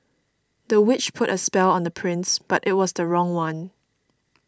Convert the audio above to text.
the witch put a spell on the prince but it was the wrong one